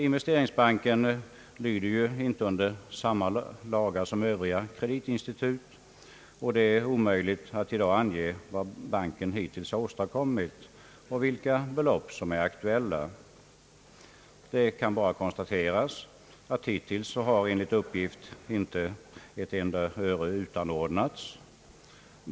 Investeringsbanken lyder ju inte under samma lagar som övriga kreditinstitut, och det är omöjligt att i dag ange vad banken hittills åstadkommit och vilka belopp som är aktuella. Det kan bara konstateras, att hittills enligt uppgift inte ett enda öre utanordnats.